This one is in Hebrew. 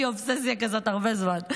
לא ראיתי אובססיה כזאת הרבה זמן.